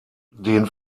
den